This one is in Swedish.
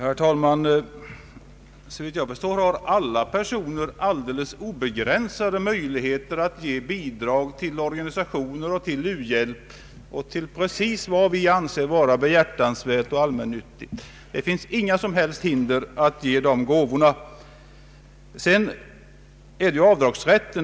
Herr talman! Såvitt jag förstår har alla personer helt obegränsade möjligheter att ge bidrag till organisationer, till u-hjälp och precis till vad de anser behjärtansvärt och allmännyttigt. Det finns inga som helst hinder för att ge sådana gåvor. Sedan handlar det om avdragsrätten.